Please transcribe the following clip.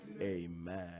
Amen